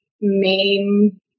main